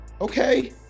Okay